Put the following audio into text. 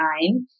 nine